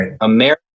America